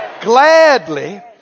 Gladly